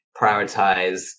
prioritize